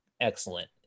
excellent